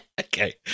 Okay